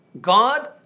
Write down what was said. God